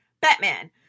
Batman